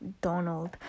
donald